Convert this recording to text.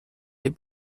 est